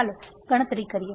ચાલો ગણતરી કરીએ